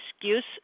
excuse